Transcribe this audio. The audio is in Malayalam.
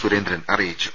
സുരേ ന്ദ്രൻ അറിയിച്ചു